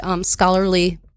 scholarly